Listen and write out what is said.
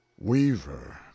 Weaver